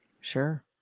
Sure